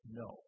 no